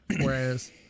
Whereas